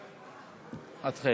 התחל.